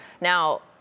now